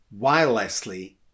wirelessly